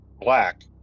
black